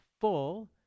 full